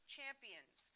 Champions